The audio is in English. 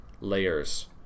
layers